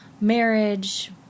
marriage